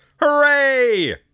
Hooray